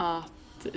att